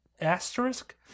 asterisk